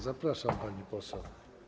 Zapraszam, pani poseł.